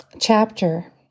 chapter